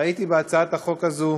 ראיתי בהצעת החוק הזאת